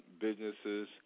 businesses